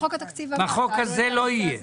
בחוק הזה לא יהיה.